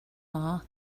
law